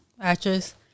actress